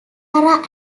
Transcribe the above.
are